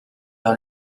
par